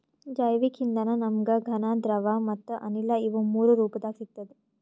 ಜೈವಿಕ್ ಇಂಧನ ನಮ್ಗ್ ಘನ ದ್ರವ ಮತ್ತ್ ಅನಿಲ ಇವ್ ಮೂರೂ ರೂಪದಾಗ್ ಸಿಗ್ತದ್